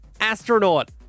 Astronaut